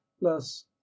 less